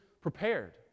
prepared